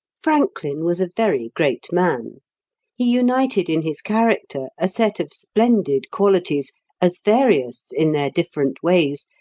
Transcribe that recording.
franklin was a very great man he united in his character a set of splendid qualities as various, in their different ways,